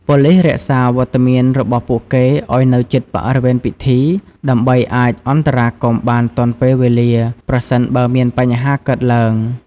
ប៉ូលីសរក្សាវត្តមានរបស់ពួកគេឲ្យនៅជិតបរិវេណពិធី ដើម្បីអាចអន្តរាគមន៍បានទាន់ពេលវេលា ប្រសិនបើមានបញ្ហាកើតឡើង។